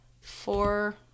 four